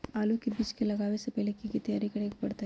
आलू के बीज के लगाबे से पहिले की की तैयारी करे के परतई?